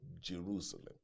Jerusalem